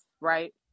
right